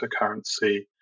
cryptocurrency